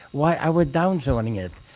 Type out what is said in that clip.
why are we downzoning it?